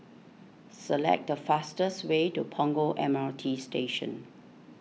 select the fastest way to Punggol M R T Station